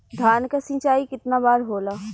धान क सिंचाई कितना बार होला?